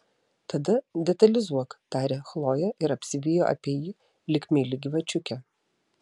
tada detalizuok tarė chlojė ir apsivijo apie jį lyg meili gyvačiukė